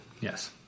Yes